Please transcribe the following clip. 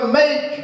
make